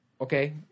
Okay